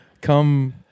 come